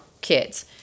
kids